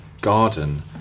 garden